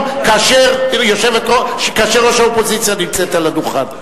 כאשר ראש האופוזיציה נמצאת על הדוכן.